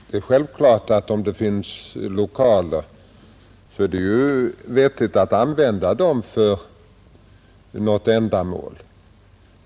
Herr talman! Om lokaler finns är det naturligtvis vettigt att använda dessa för något ändamål.